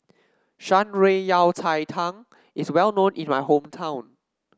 Shan Rui Yao Cai Tang is well known in my hometown